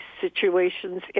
situations